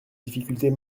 difficultés